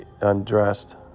undressed